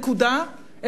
נקודה,